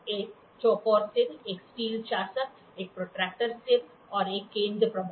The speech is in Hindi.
एक चौकोर सिर एक स्टील शासक एक प्रोट्रैक्टर सिर और एक केंद्र प्रमुख